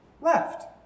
left